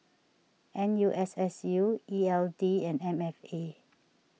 N U S S U E L D and M F A